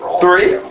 Three